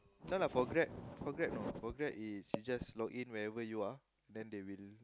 no lah for Grab for Grab no for Grab is you just log in wherever you are then they will